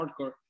hardcore